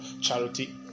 charity